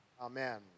Amen